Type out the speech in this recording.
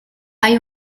hay